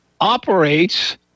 operates